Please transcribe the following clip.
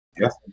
Yes